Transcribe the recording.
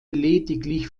lediglich